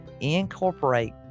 incorporate